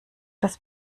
das